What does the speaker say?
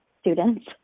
students